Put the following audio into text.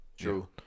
True